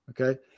Okay